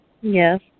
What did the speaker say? Yes